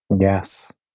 Yes